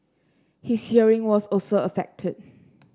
his hearing was also affected